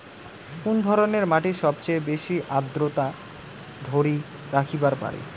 কুন ধরনের মাটি সবচেয়ে বেশি আর্দ্রতা ধরি রাখিবার পারে?